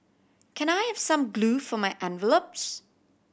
can I have some glue for my envelopes